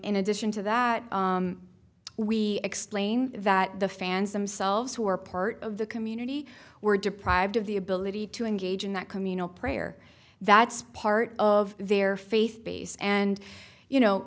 in addition to that we explain that the fans themselves who are part of the community were deprived of the ability to engage in that communal prayer that's part of their faith base and you know